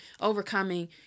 overcoming